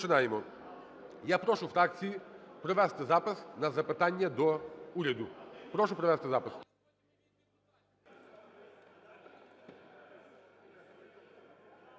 розпочинаємо. Я прошу фракції провести запис на запитання до уряду. Прошу провести запис.